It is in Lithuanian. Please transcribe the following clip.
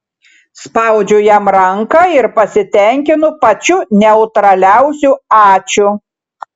spaudžiu jam ranką ir pasitenkinu pačiu neutraliausiu ačiū